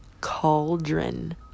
cauldron